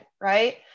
right